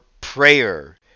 prayer